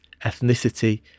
ethnicity